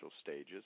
stages